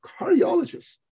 cardiologists